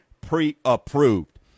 pre-approved